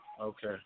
Okay